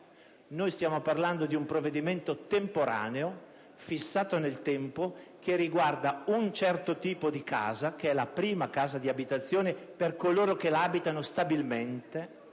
stiamo parlando di un provvedimento temporaneo, fissato nel tempo, che riguarda un certo tipo di casa, ovvero la prima casa di abitazione per coloro che la abitano stabilmente.